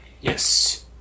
Yes